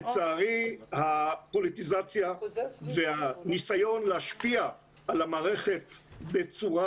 לצערי הפוליטיזציה והניסיון להשפיע על המערכת בצורה